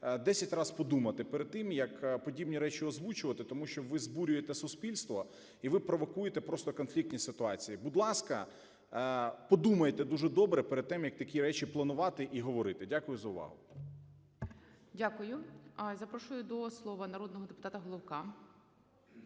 10 раз подумати перед тим, як подібні речі озвучувати, тому щоб ви збурюєте суспільство, і ви провокуєте просто конфліктні ситуації. Будь ласка, подумайте дуже добре перед тим, як такі речі планувати і говорити. Дякую за увагу. ГОЛОВУЮЧИЙ. Дякую. Запрошую до слова народного депутата Головка.